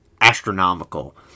astronomical